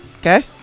Okay